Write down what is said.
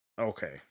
Okay